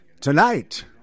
Tonight